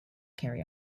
carry